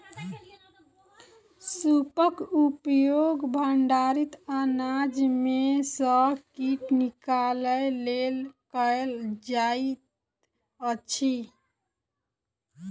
सूपक उपयोग भंडारित अनाज में सॅ कीट निकालय लेल कयल जाइत अछि